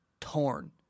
torn